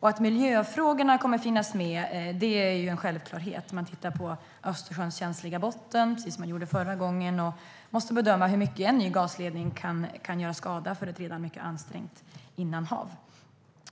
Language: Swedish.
Att miljöfrågorna kommer att finnas med är en självklarhet. Man tittar på Östersjöns känsliga botten, precis som man gjorde förra gången, och måste bedöma hur stor skada en ny gasledning kan göra på ett redan mycket ansträngt innanhav.